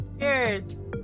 Cheers